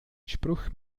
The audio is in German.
spruch